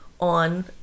on